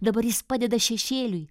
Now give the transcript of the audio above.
dabar jis padeda šešėliui